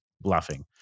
bluffing